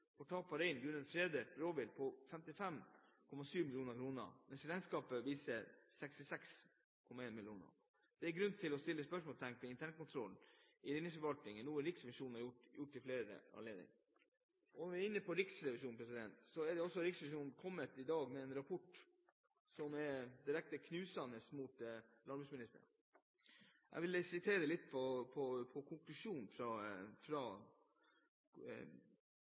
for tap av rein grunnet fredet rovvilt på 55,728 mill. kr, mens regnskapet viser 66,082 mill. kr. Det er grunn til å stille spørsmål ved internkontrollen i reindriftsforvaltningen, noe Riksrevisjonen har gjort ved flere anledninger. Når vi er inne på Riksrevisjonen, har også Riksrevisjonen i dag kommet med en rapport som er direkte knusende mot landbruksministeren. Jeg vil sitere fra konklusjonen